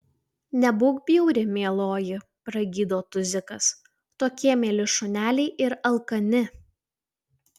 nebūk bjauri mieloji pragydo tuzikas tokie mieli šuneliai ir alkani